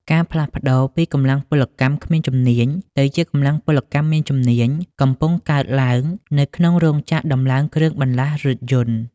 ការផ្លាស់ប្តូរពី "កម្លាំងពលកម្មគ្មានជំនាញ" ទៅជា "កម្លាំងពលកម្មមានជំនាញ" កំពុងកើតឡើងនៅក្នុងរោងចក្រដំឡើងគ្រឿងបន្លាស់រថយន្ត។